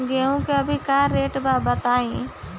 गेहूं के अभी का रेट बा बताई?